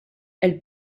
elle